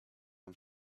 and